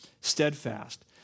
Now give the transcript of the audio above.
steadfast